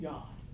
God